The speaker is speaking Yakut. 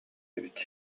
эбит